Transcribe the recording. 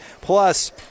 plus